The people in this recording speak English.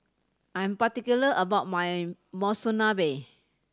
I am particular about my Monsunabe